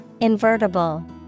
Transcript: Invertible